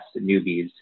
newbies